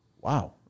wow